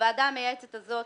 הוועדה המייעצת הזאת,